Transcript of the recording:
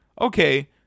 okay